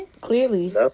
Clearly